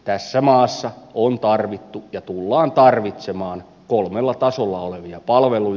tässä maassa on tarvittu ja tullaan tarvitsemaan kolmella tasolla olevia palveluja